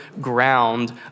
ground